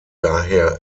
daher